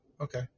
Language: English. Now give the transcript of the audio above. Okay